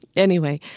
anyway,